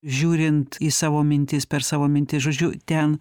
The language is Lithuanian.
žiūrint į savo mintis per savo mintis žodžiu ten